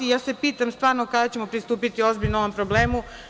Ja se pitam stvarno, kada ćemo pristupiti ozbiljno ovom problemu?